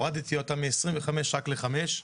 הורדתי אותן מ-25 רק לחמש.